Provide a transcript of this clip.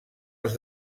els